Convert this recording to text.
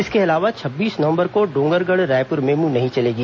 इसके अलावा छब्बीस नवंबर को डोगरगढ़ रायपुर मेमू नहीं चलेगी